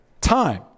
time